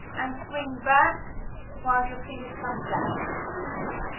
and swing back while your finger comes down on the g string,